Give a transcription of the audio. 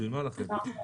נכון.